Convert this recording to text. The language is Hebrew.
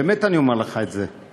באמת אני אומר לך את זה.